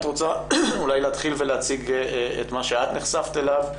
את רוצה להתחיל ולהציג את מה שאת נחשפת אליו?